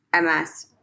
MS